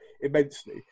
immensely